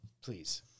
please